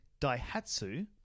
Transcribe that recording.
Daihatsu